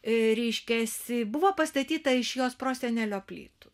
reiškiasi buvo pastatyta iš jos prosenelio plytų